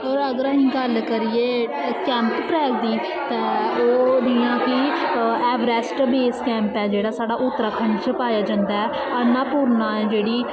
होर अगर असीं गल्ल करिए कैंप ट्रैक दी ते ओह् जियां कि ऐवरैस्ट बेस कैंप ऐ जेह्ड़ा साढ़ा ओह् उत्तराखण्ड च पाया जंदा ऐ अन्नापूर्ना ऐ जेह्ड़ी